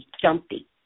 jumpy